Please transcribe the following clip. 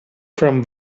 from